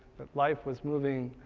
that life was moving